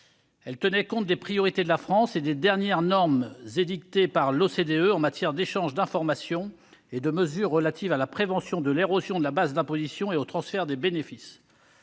texte tenait compte des priorités de la France et des dernières normes édictées par l'OCDE en matière d'échange d'informations et de mesures relatives à la prévention de l'érosion de la base d'imposition et au transfert des bénéfices.